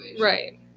Right